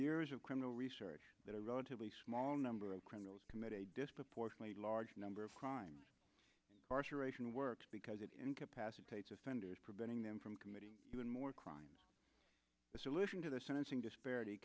years of criminal research that a relatively small number of criminals commit a disproportionately large number of crimes are sarafian worked because it incapacitates offenders preventing them from committing even more crimes the solution to the sentencing disparity